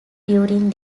during